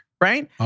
right